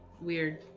weird